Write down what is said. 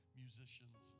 musicians